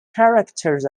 characters